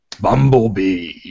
Bumblebee